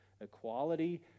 equality